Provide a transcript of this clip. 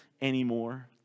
anymore